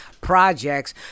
projects